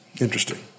Interesting